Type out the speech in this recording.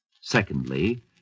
Secondly